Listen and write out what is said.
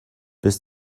bis